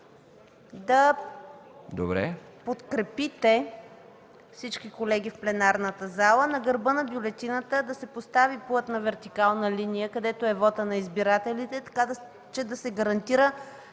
е мястото всички колеги в пленарната зала да подкрепите – на гърба на бюлетината да се постави плътна вертикална линия, където е вота на избирателите, така че да се гарантира